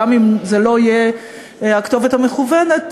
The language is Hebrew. גם אם זו לא תהיה הכתובת המכוונת,